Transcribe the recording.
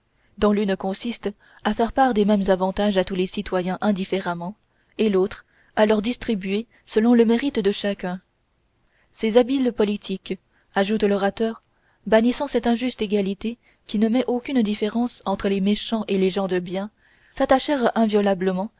dont l'une consiste à faire part des mêmes avantages à tous les citoyens indifféremment et l'autre à les distribuer selon le mérite de chacun ces habiles politiques ajoute l'orateur bannissant cette injuste égalité qui ne met aucune différence entre les méchants et les gens de bien